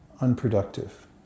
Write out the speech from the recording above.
unproductive